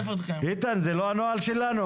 איתן, זה לא הנוהל שלנו?